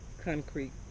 concrete